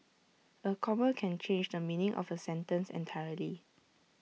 A comma can change the meaning of A sentence entirely